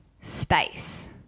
space